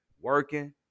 working